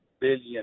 billion